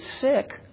sick